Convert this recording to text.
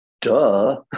duh